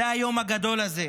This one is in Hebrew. זה היום הגדול הזה.